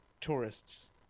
tourists